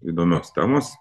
įdomios temos